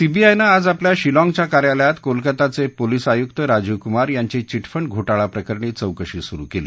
सीबीआयनं आज आपल्या शिलाँगच्या कार्यालयात कोलकाताचे पोलिस आयुक्त राजीव कुमार यांची चिटफंड घोटाळा प्रकरणी चौकशी सुरु केली